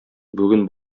бүген